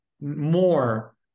more